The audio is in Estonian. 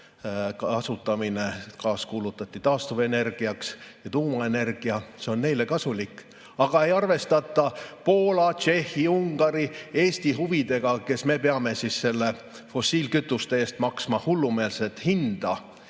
kasutamine – gaas kuulutati taastuvenergiaks – ja tuumaenergia on neile kasulik. Aga ei arvestata Poola, Tšehhi, Ungari ja Eesti huvidega, kes me peame fossiilkütuste eest maksma hullumeelset hinda.